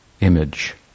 image